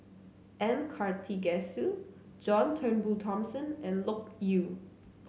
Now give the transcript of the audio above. M Karthigesu John Turnbull Thomson and Loke Yew